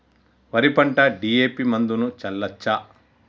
వరి పంట డి.ఎ.పి మందును చల్లచ్చా?